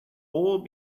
all